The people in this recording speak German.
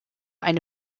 eine